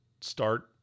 start